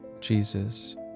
Jesus